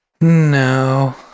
No